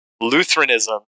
Lutheranism